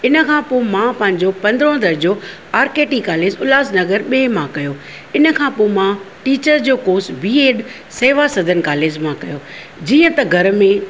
इनखां पोइ मां पंहिंजो पंद्रहों दर्जो R K T college Ulhasnagar ॿिए मां कयो इनखां पोइ मां टीचर जो course B Ed Seva Sadan मां कयो जीअं त घर में